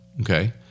okay